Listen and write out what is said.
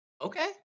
Okay